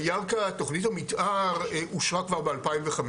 בירכא תוכנית המתאר אושרה כבר ב- 2015,